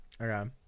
Okay